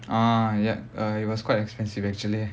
uh ya uh it was quite expensive actually